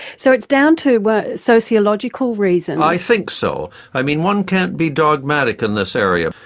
so it's down to but sociological reasons? i think so. i mean one can't be dogmatic in this area.